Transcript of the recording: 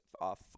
off